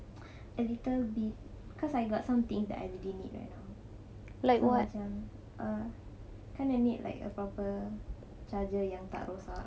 a little bit cause I got something that I really need right now so macam uh kinda need like a proper charger yang tak rosak